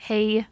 Hey